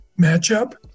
matchup